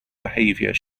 behaviour